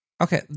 Okay